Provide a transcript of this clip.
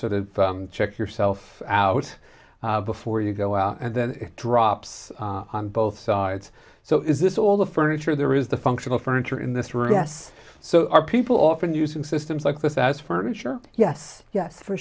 sort of check yourself out before you go out and then it drops on both sides so is this all the furniture there is functional furniture in this room so are people often using systems like this as furniture yes yes for